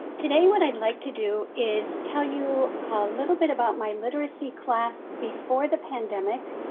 today what i'd like to do is tell you a little bit about my literacy class before the pandemic.